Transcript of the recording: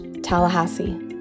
Tallahassee